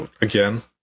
Again